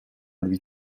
lui